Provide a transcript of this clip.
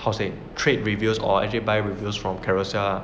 how to say trade reviews or actually buy reviews from Carousell ah